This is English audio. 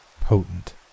potent